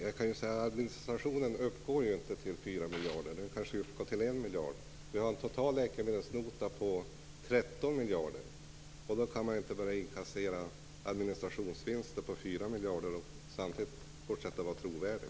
Fru talman! Administrationen uppgår inte till 4 miljarder. Den kanske uppgår till 1 miljard. Vi har en total läkemedelsnota på 13 miljarder. Då kan man inte börja inkassera administrationsvinster på 4 miljarder och samtidigt fortsätta att vara trovärdig.